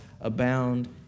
abound